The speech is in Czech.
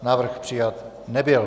Návrh přijat nebyl.